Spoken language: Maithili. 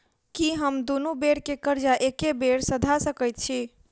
की हम दुनू बेर केँ कर्जा एके बेर सधा सकैत छी?